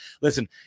Listen